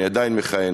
אני עדיין מכהן,